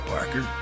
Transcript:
Parker